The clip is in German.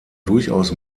durchaus